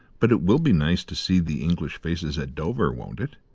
but it will be nice to see the english faces at dover, won't it?